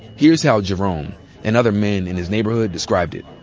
here's how jerome and other men in his neighborhood described it.